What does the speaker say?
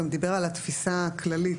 גם דיבר על התפיסה הכללית,